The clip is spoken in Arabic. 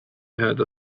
هذا